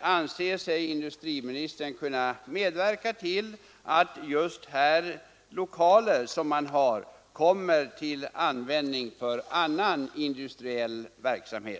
anser sig industriministern då kunna medverka till att CVV:s lokaler kommer till användning för annan industriell verksamhet?